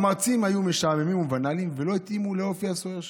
המרצים היו משעממים ובנאליים ולא התאימו לאופי הסוער שלי.